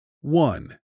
One